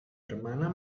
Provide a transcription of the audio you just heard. hermana